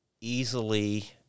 easily